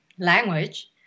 language